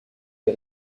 les